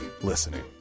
listening